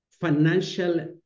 financial